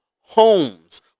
homes